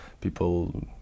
people